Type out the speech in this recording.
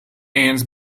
hands